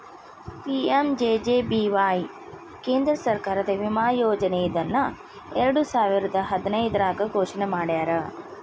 PMJJBY ಕೇಂದ್ರ ಸರ್ಕಾರದ ವಿಮಾ ಯೋಜನೆ ಇದನ್ನ ಎರಡುಸಾವಿರದ್ ಹದಿನೈದ್ರಾಗ್ ಘೋಷಣೆ ಮಾಡ್ಯಾರ